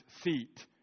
seat